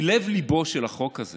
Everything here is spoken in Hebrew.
כי לב-ליבו של החוק הזה